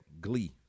glee